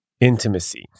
intimacy